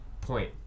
point